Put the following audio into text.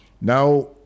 Now